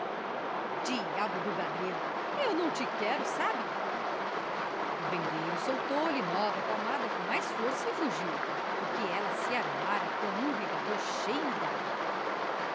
diabo do galego eu não te quero sabe o vendeiro soltou lhe nova palmada com mais força e fugiu porque ela se armara com um regador cheio de